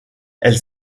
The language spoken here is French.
elle